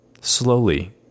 slowly